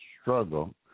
struggle